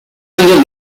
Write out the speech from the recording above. años